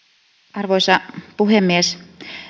arvoisa puhemies